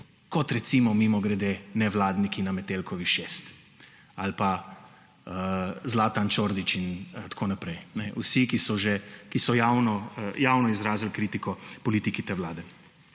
kot recimo mimogrede nevladniki na Metelkovi 6 ali pa Zlatan Čordić in tako naprej. Vsi, ki so javno izrazili kritiko politiki te vlade.